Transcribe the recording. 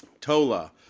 Tola